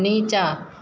नीचाँ